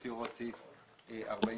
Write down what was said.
לפי הוראות סעיף 48,